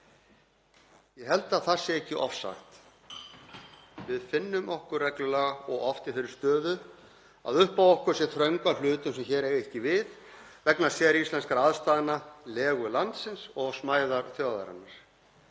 Ég held að það sé ekki ofsagt. Við finnum okkur reglulega og oft í þeirri stöðu að upp á okkur er þröngvað hlutum sem eiga hér ekki við vegna séríslenskra aðstæðna, legu landsins og smæðar þjóðarinnar,